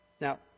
Now